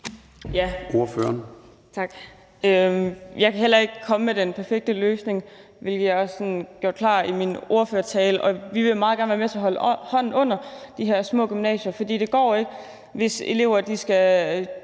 Andresen (LA): Jeg kan heller ikke komme med den perfekte løsning, hvilket jeg også gjorde klart i min ordførertale. Vi vil meget gerne være med til at holde hånden under de her små gymnasier, for det går ikke, hvis elever skal